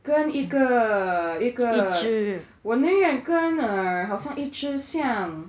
跟一个一个我宁愿跟 err 好像一只像